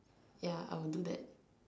ya I will do that